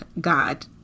God